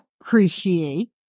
appreciate